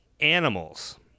animals